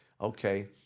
Okay